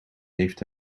heeft